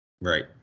right